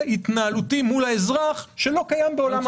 התנהלות מול האזרח שלא קיים בעולם המיסים.